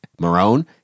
Marone